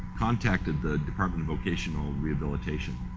contacted the department of vocational rehabilitation